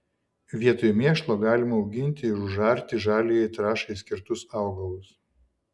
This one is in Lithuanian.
vietoj mėšlo galima auginti ir užarti žaliajai trąšai skirtus augalus